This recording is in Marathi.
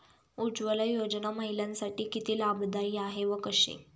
उज्ज्वला योजना महिलांसाठी किती लाभदायी आहे व कशी?